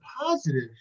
positive